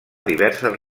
diverses